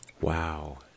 Wow